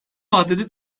vadede